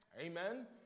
Amen